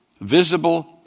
visible